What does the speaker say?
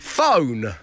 Phone